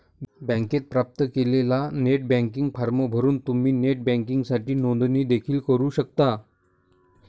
बँकेने प्राप्त केलेला नेट बँकिंग फॉर्म भरून तुम्ही नेट बँकिंगसाठी नोंदणी देखील करू शकता